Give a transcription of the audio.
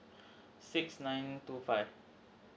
six nine two five